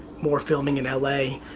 more filming in l a.